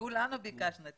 כולנו ביקשנו את